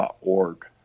org